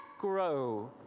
grow